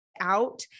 out